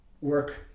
work